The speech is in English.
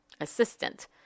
assistant